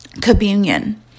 communion